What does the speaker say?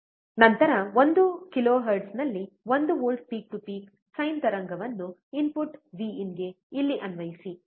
ನಂತರ 1 ಕಿಲೋ ಹರ್ಟ್ಜ್ನಲ್ಲಿ 1 volt peak to peak sine ತರಂಗವನ್ನು ಇನ್ಪುಟ್ ವಿಇನ್ ಗೆ ಇಲ್ಲಿ ಅನ್ವಯಿಸಿ ಸರಿ